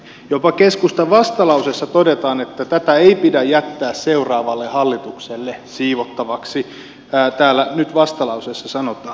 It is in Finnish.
jopa keskustan vastalauseessa todetaan että tätä ei pidä jättää seuraavalle hallitukselle siivottavaksi täällä vastalauseessa näin sanotaan